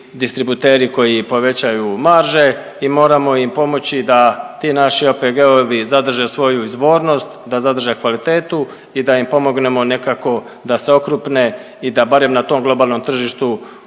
distributeri koji povećaju marže i moramo im pomoći da ti naši OPG-ovi zadrže svoju izvornost, da zadrže kvalitetu i da im pomognemo nekako da se okrupne i da barem na tom globalnom tržištu